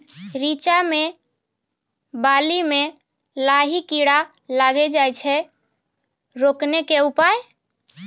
रिचा मे बाली मैं लाही कीड़ा लागी जाए छै रोकने के उपाय?